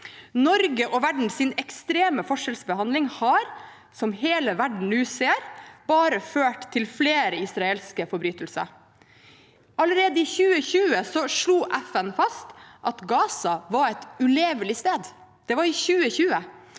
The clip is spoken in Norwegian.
Norges og verdens ekstreme forskjellsbehandling har, som hele verden nå ser, bare ført til flere israelske forbrytelser. Allerede i 2020 slo FN fast at Gaza var et ulevelig sted. Det var i 2020.